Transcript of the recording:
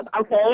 okay